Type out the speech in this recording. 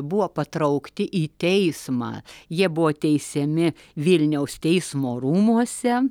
buvo patraukti į teismą jie buvo teisiami vilniaus teismo rūmuose